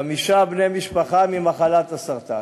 חמישה בני משפחה ממחלת הסרטן.